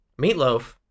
Meatloaf